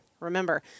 Remember